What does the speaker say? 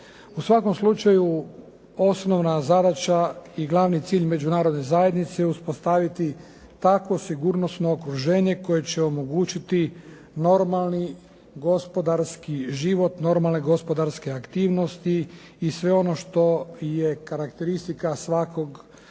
U svakom slučaju osnovna zadaća i glavni cilj međunarodne zajednice uspostaviti takvo sigurnosno okruženje koje će omogućiti normalni gospodarski život, normalne gospodarske aktivnosti i sve ono što je karakteristika svakog